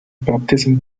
baptism